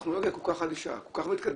הטכנולוגיה כל כך חדישה, כל כך מתקדמת,